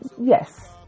yes